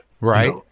Right